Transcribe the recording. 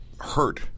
hurt